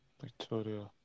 Victoria